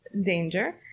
danger